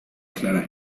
clara